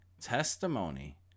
testimony